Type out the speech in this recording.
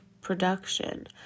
production